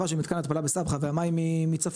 של מתקן ההתפלה בסבחה והמים מצפון,